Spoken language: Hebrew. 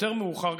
יותר מאוחר,